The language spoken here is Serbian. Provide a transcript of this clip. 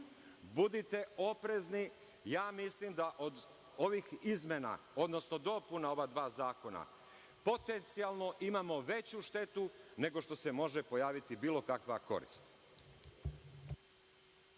Budite oprezni. Ja mislim da od ovih dopuna ova dva zakona potencijalno imamo veću štetu nego što se može pojaviti bilo kakva korist.